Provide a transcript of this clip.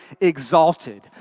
exalted